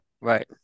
Right